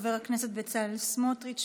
חבר הכנסת בצלאל סמוטריץ',